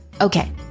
Okay